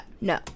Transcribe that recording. no